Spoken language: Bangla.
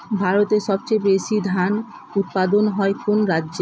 ভারতের সবচেয়ে বেশী ধান উৎপাদন হয় কোন রাজ্যে?